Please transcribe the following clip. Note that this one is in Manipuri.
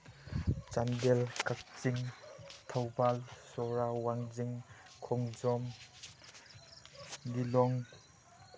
ꯆꯥꯟꯗꯦꯜ ꯀꯛꯆꯤꯡ ꯊꯧꯕꯥꯜ ꯁꯣꯔꯥ ꯋꯥꯡꯖꯤꯡ ꯈꯣꯡꯖꯣꯝ ꯂꯤꯂꯣꯡ